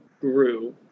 grew